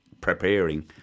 preparing